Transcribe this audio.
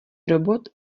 robot